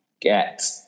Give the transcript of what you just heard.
get